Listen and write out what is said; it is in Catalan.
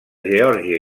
geòrgia